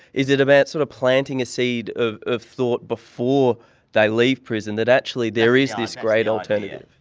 is it about sort of planting a seed of of thought before they leave prison, that actually there is this great alternative?